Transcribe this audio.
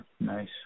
Nice